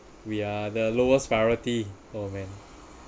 we are the lowest priority oh man